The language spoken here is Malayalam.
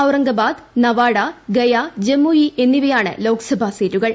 ഔറംഗാബാദ് നവാഡ ഗയാജമുയി എന്നിവയാണ് ലോക്സഭാ സീറ്റുകൾ